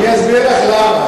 אני אסביר לך למה.